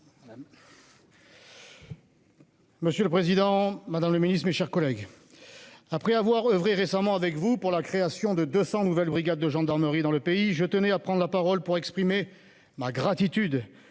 Monsieur le président, madame la secrétaire d'État, mes chers collègues, après avoir oeuvré récemment, avec vous, pour la création de 200 nouvelles brigades de gendarmerie dans le pays, je tenais à prendre la parole pour exprimer ma gratitude